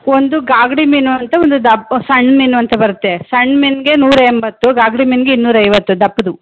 ಒಂದು ಗಾಗಡಿ ಮೀನು ಅಂತ ಒಂದು ದಪ್ಪ ಸಣ್ಣ ಮೀನು ಅಂತ ಬರುತ್ತೆ ಸಣ್ಣ ಮೀನಿಗೆ ನೂರಾ ಎಂಬತ್ತು ಗಾಗಡಿ ಮೀನಿಗೆ ಇನ್ನೂರಾ ಐವತ್ತು ದಪ್ಪದು